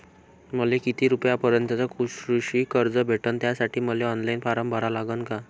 मले किती रूपयापर्यंतचं कृषी कर्ज भेटन, त्यासाठी मले ऑनलाईन फारम भरा लागन का?